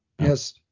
Yes